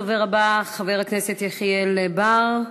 הדובר הבא, חבר הכנסת יחיאל בר,